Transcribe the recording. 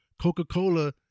Coca-Cola